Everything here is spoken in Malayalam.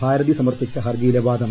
ഭാരതി സമർപ്പിച്ച ഹർജിയിലെ വാദം